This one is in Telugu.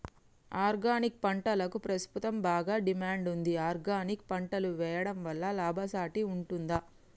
ఆర్గానిక్ పంటలకు ప్రస్తుతం బాగా డిమాండ్ ఉంది ఆర్గానిక్ పంటలు వేయడం వల్ల లాభసాటి ఉంటుందా?